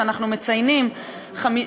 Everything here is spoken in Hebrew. כשאנחנו מציינים 50,